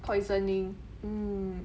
poisoning